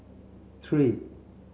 three